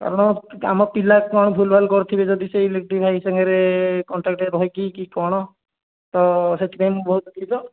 କାରଣ ଆମ ପିଲା କ'ଣ ଭୁଲଭାଲ କରିଥିବେ ଯଦି ସେ ଇଲେକ୍ଟ୍ରି ଭାଇ ସାଙ୍ଗରେ କଣ୍ଟାକ୍ଟରେ ରହିକି କି କ'ଣ ତ ସେଥିପାଇଁ ମୁଁ ବହୁତ ଦୁଃଖିତ